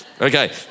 okay